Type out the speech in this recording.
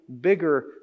bigger